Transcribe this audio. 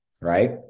right